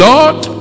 Lord